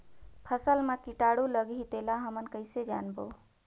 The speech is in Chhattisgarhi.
फसल मा कीटाणु लगही तेला हमन कइसे जानबो?